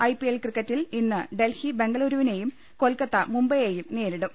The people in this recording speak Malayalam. ഐപിഎൽ ക്രിക്കറ്റിൽ ഇന്ന് ഡൽഹി ബംഗളുരുവിനെയും കൊൽക്കത്ത മുംബൈ യെയും നേരിടും